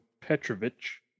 petrovich